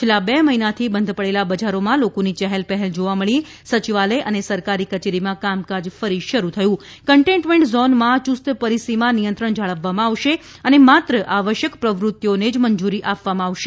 છેલ્લા બે મહિનાથી બંધ પડેલા બજારોમાં લોકોની યહેલપહેલ જોવા મળી સચિવાલય અને સરકારી કચેરીમાં કામકાજ ફરી શરૂ થયું કન્ટેઇન્મેન્ટ ઝોનમાં યુસ્ત પરિસીમા નિયંત્રણ જાળવવામાં આવશે અને માત્ર આવશ્યક પ્રવૃત્તિઓને જ મંજૂરી આપવામાં આવશે